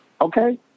okay